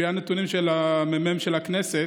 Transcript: נתונים של הממ"מ של הכנסת.